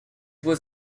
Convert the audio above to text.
was